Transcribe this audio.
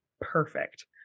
perfect